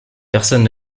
personne